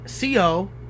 co